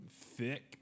thick